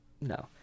no